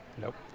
Nope